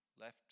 left